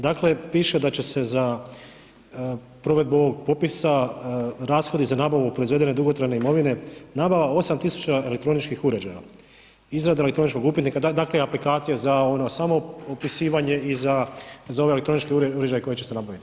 Dakle, piše da će se za provedbu ovog popisa rashodi za nabavu proizvedene dugotrajne imovine, nabava 8000 elektroničkih uređaja, izrada elektroničkog upitnika, dakle aplikacija za ono samoupisivanje i za ove elektroničke uređaje koji će se nabaviti.